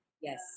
Yes